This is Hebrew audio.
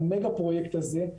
המגה-פרוייקט הזה,